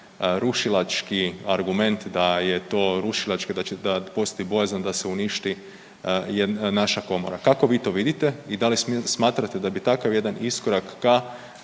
rušilački argument da je to rušilački, da postoji bojazan da se uništi naša Komora. Kako vi to vidite i da li smatrate da bi takav jedan iskorak ka